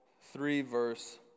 three-verse